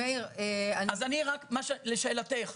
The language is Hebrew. לשאלתך,